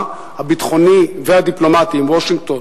הביטחוני והדיפלומטי עם וושינגטון.